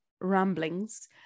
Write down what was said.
ramblings